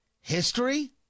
history